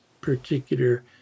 particular